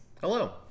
hello